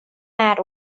mat